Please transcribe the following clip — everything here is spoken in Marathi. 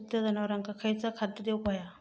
दुभत्या जनावरांका खयचा खाद्य देऊक व्हया?